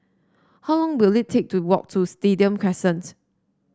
how long will it take to walk to Stadium Crescent